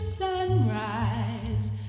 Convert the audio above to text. sunrise